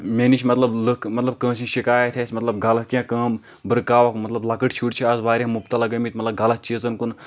مےٚ نِش مطلب لُکھ مطلب کٲنٛسہِ شِکایَت آسہِ مطلب غلط کینٛہہ کٲم بہٕ رُکاوَکھ مطلب لۄکٕٹۍ شُرۍ چھِ اَز واریاہ مُبتلا گٲمٕتۍ مطلب غلط چیٖزن کُن